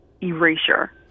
erasure